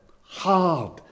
Hard